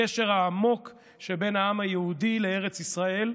הקשר העמוק שבין העם היהודי לארץ ישראל,